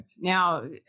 Now